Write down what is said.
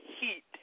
heat